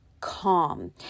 calm